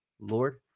Lord